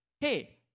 hey